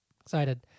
Excited